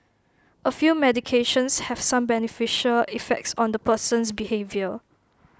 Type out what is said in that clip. A few medications have some beneficial effects on the person's behaviour